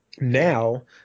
now